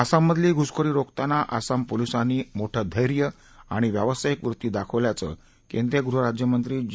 आसाममधली घुसखोरी रोखताना आसाम पोलिसांनी मोठं धैर्य आणि व्यावसायिक वृत्ती दाखवल्याचं केंद्रीय गृह राज्यमंत्री जी